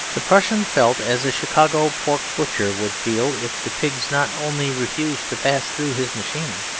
the prussian felt as a chicago pork butcher would feel if the pigs not only refused to pass through his machine,